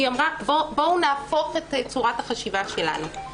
היא אמרה: בואו נהפוך את צורת החשיבה שלנו.